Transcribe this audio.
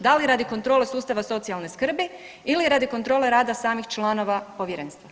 Da li radi kontrole sustava socijalne skrbi ili radi kontrole rada samih članova Povjerenstva.